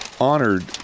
honored